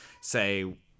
say